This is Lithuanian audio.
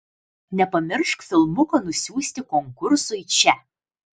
nepamiršk filmuko nusiųsti konkursui čia